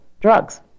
drugs